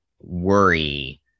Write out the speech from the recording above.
worry